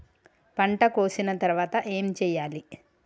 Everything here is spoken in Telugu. పంట కోసిన తర్వాత ఏం చెయ్యాలి?